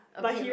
a bit